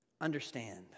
understand